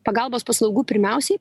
pagalbos paslaugų pirmiausiai